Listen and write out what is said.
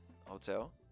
hotel